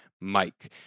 mike